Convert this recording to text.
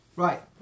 Right